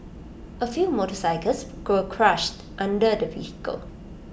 A few motorcycles were crushed under the vehicle